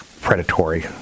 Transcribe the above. predatory